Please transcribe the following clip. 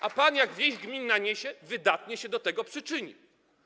A pan, jak wieść gminna niesie, wydatnie się do tego przyczynił.